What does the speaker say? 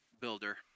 builder